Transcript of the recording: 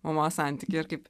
mamos santykį ir kaip